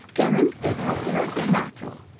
demens de populo dematur.